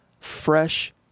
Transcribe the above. fresh